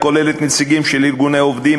הכוללת נציגים של ארגוני עובדים,